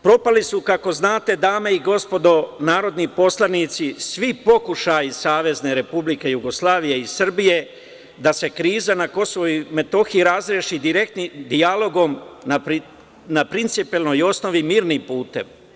Propali su, kako znate, dame i gospodo narodni poslanici, svi pokušaji Savezne Republike Jugoslavije i Srbije da se kriza na KiM razreši direktnim dijalogom na principijelnoj osnovi mirnim putem.